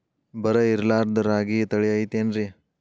ಬರ ಇರಲಾರದ್ ರಾಗಿ ತಳಿ ಐತೇನ್ರಿ?